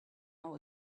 now